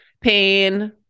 pain